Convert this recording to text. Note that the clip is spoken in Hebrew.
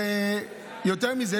יותר מזה,